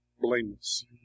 blameless